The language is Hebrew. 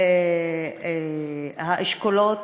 האשכולות,